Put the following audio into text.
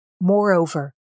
Moreover